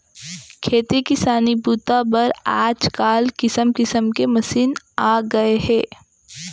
खेती किसानी बूता बर आजकाल किसम किसम के मसीन आ गए हे